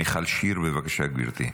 מיכל שיר, בבקשה, גברתי.